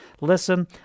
Listen